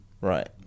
right